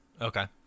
Okay